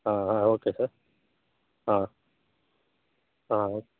ಹಾಂ ಹಾಂ okay sir ಹಾಂ ಹಾಂ